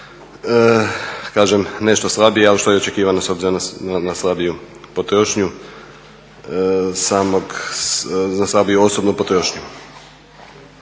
kažem nešto slabije ali što je i očekivano s obzirom na slabiju osobnu potrošnju.